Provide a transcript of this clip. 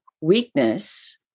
weakness